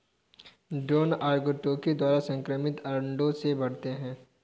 drone अर्नोटोकी द्वारा असंक्रमित अंडों से बढ़ते हैं